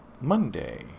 Monday